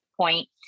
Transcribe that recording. point